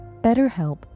BetterHelp